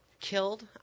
killed